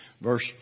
Verse